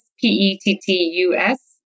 P-E-T-T-U-S